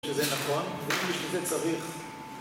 שזה נכון, ואם בשביל זה צריך...